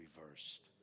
reversed